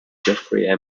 jeffrey